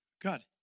God